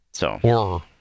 horror